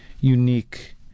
unique